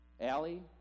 Allie